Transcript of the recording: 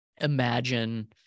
imagine